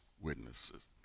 witnesses